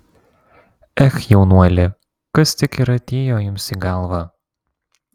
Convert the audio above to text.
ech jaunuoli kas tik ir atėjo jums į galvą